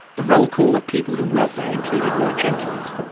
the rollcall of people who worked there included roy jenkins,